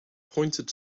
pointed